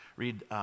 read